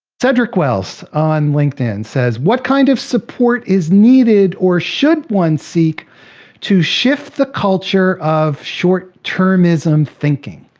cedric wells on linkedin says, what kind of support is needed or should one seek to shift the culture of short-termism thinking?